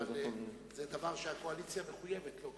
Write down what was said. אבל זה דבר שהקואליציה מחויבת לו,